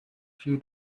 few